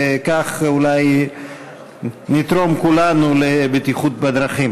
וכך אולי נתרום כולנו לבטיחות בדרכים.